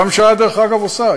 הממשלה, דרך אגב, עושה.